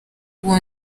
uwo